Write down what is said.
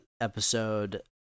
episode